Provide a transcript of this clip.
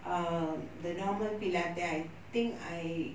um the normal pilates I think I